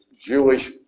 Jewish